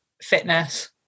fitness